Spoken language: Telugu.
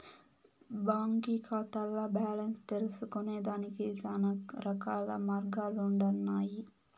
బాంకీ కాతాల్ల బాలెన్స్ తెల్సుకొనేదానికి శానారకాల మార్గాలుండన్నాయి